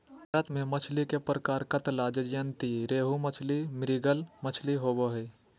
भारत में मछली के प्रकार कतला, ज्जयंती रोहू मछली, मृगल मछली होबो हइ